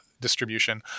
distribution